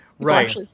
Right